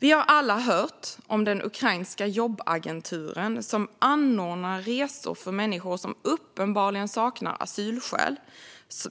Vi har alla hört om den ukrainska jobbagentur som anordnar resor för människor som uppenbarligen saknar asylskäl